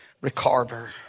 recorder